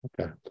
Okay